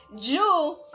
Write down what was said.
Jew